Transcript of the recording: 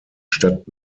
stadt